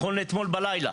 נכון לאתמול בלילה,